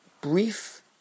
brief